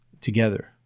together